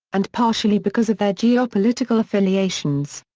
and partially because of their geopolitical affiliations.